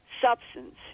substance